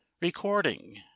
Recording